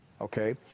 Okay